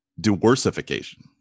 Diversification